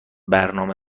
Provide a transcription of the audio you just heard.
برنامه